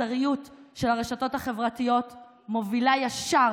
האכזריות של הרשתות החברתיות מובילה ישר